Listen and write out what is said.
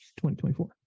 2024